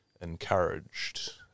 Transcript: encouraged